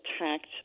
attacked